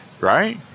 Right